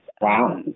Wow